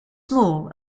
small